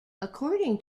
according